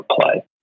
play